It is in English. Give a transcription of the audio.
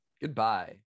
Goodbye